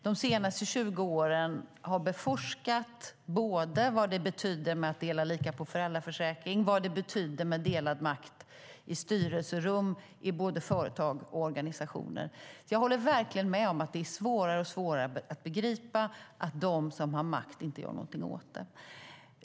De senaste 20 åren har vi beforskat vad det betyder att dela lika på föräldraförsäkringen och vad det betyder med delad makt i styrelserum i både företag och organisationer. Jag håller verkligen med om att det blir svårare och svårare att begripa att de som har makt inte gör någonting åt det.